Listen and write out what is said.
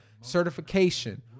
certification